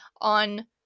on